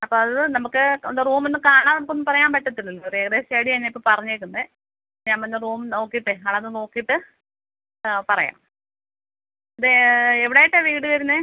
അപ്പം അത് നമുക്ക് കൊണ്ട് റൂം ഒന്ന് കാണാൻ നമുക്കൊന്നും പറയാൻ പറ്റത്തില്ലല്ലോ ഒരു ഏകദേശ ഐഡ്യ ആണ് ഞാനിപ്പം പറഞ്ഞേക്കുന്നത് ഞാൻ വന്ന് റൂം നോക്കിയിട്ടേ അളന്ന് നോക്കിയിട്ട് പറയാം ഇത് എവിടെ ആയിട്ടാണ് വീട് വരുന്നത്